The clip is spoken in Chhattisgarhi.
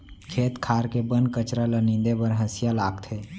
खेत खार के बन कचरा ल नींदे बर हँसिया लागथे